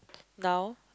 now